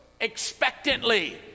expectantly